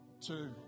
two